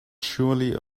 surely